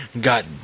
got